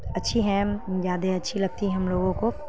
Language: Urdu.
اچھی ہیں یادیں اچھی لگتی ہیں ہم لوگوں کو